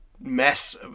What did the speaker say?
mess